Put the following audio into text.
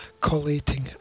collating